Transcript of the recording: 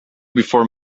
before